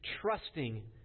trusting